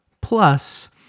Plus